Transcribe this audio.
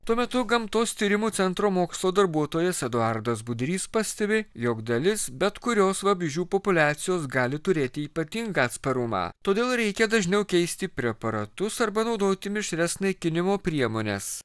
tuo metu gamtos tyrimų centro mokslo darbuotojas eduardas budrys pastebi jog dalis bet kurios vabzdžių populiacijos gali turėti ypatingą atsparumą todėl reikia dažniau keisti preparatus arba naudoti mišrias naikinimo priemones